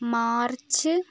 March